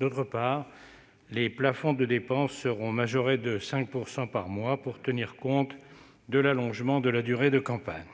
majorer les plafonds de dépenses de 5 % par mois pour tenir compte de l'allongement de la durée de la campagne